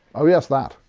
oh yes that.